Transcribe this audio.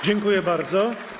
Dziękuję bardzo.